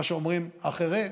מה שאומרים אחרים: